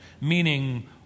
meaning